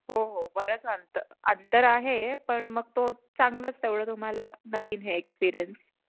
हो हो बरंच अंत अंतर आहे पण मग तो चांगलंच तेवढं तुम्हाला नवीन हे एक्सपिरियन्स